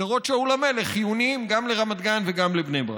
שדרות שאול המלך חיוניים גם לרמת גן וגם לבני ברק.